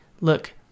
look